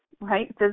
right